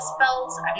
spells